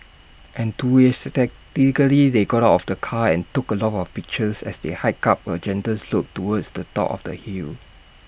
they got out of the car and took A lot of pictures as they hiked up A gentle slope towards the top of the hill